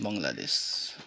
Bangladesh